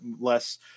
less